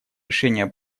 решение